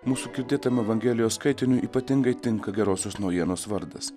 mūsų girdėtame evangelijos skaitiniui ypatingai tinka gerosios naujienos vardas